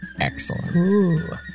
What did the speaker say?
Excellent